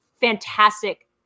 fantastic